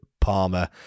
Palmer